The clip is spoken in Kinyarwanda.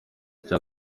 cya